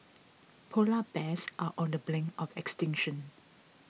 Polar Bears are on the brink of extinction